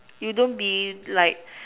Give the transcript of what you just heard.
you don't be like